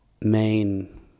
main